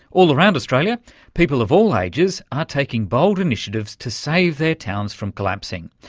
all around australia people of all ages are taking bold initiatives to save their towns from collapsing.